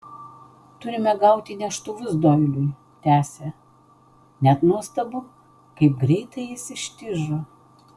turime gauti neštuvus doiliui tęsė net nuostabu kaip greitai jis ištižo